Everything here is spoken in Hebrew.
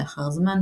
לאחר זמן,